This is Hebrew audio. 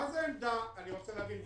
אני רוצה להבין,